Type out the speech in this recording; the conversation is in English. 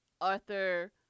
Arthur